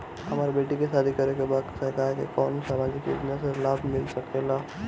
हमर बेटी के शादी करे के बा सरकार के कवन सामाजिक योजना से लाभ मिल सके ला?